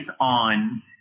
on